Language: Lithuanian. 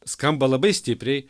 skamba labai stipriai